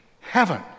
heaven